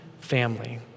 family